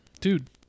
Dude